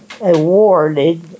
awarded